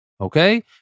okay